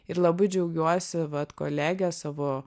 ir labai džiaugiuosi vat kolege savo